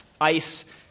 ICE